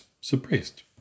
suppressed